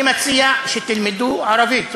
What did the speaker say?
אני מציע שתלמדו ערבית.